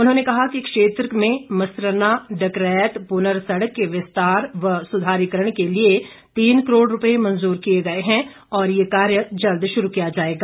उन्होंने कहा कि क्षेत्र में मसैरना डकरैत पुनर सड़क के विस्तार व सुधारीकरण के लिए तीन करोड़ रुपए मंजूर किए गए हैं और ये कार्य जल्द शुरू किया जाएगा